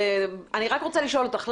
אני רוצה לשאול את נציגת האוצר.